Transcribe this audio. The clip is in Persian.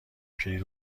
کلید